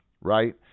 right